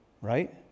right